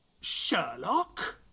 Sherlock